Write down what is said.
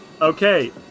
Okay